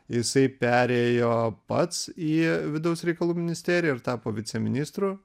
jisai perėjo pats į vidaus reikalų ministeriją ir tapo viceministru